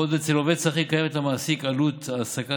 בעוד אצל עובד שכיר קיימת למעסיק עלות העסקה